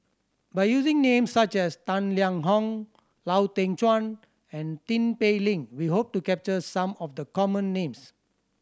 by using names such as Tang Liang Hong Lau Teng Chuan and Tin Pei Ling we hope to capture some of the common names